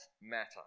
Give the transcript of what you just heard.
matter